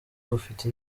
ufite